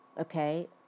okay